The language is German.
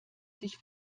sich